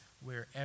wherever